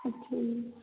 ਅੱਛਾ ਜੀ